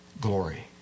glory